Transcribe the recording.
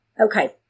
Okay